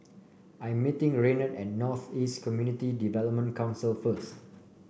I'm meeting Raynard at North East Community Development Council first